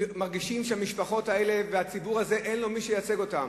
מרגישים שהמשפחות האלה והציבור הזה אין להם מי שייצג אותם.